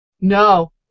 No